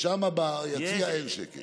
שמה ביציע אין שקט.